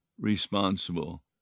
responsible